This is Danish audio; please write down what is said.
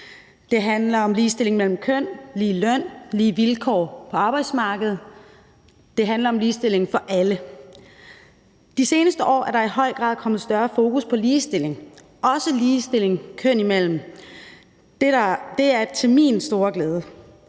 Det handler om ligestilling mellem køn, lige løn, lige vilkår på arbejdsmarkedet – det handler om ligestilling for alle. De seneste år er der i høj grad kommet større fokus på ligestilling, også ligestilling kønnene imellem, og det er til min store glæde.